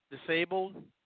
disabled